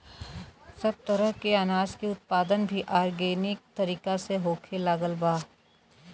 सब तरह के अनाज के उत्पादन भी आर्गेनिक तरीका से होखे लागल बा